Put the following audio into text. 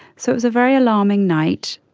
so it was a very alarming night.